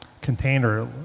container